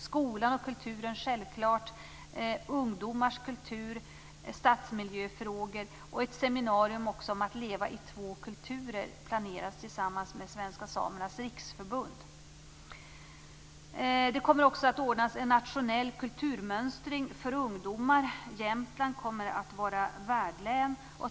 Man kommer självklart också att ta upp frågan om skola och kultur, ungdomars kultur och stadsmiljöfrågor. Ett seminarium om att leva i två kulturer planeras tillsammans med Svenska Samernas Riksförbund. Det kommer också att ordnas en nationell kulturmönstring för ungdomar. Jämtland kommer att vara värdlän.